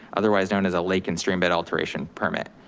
otherwise known as a lake and stream but alteration permit.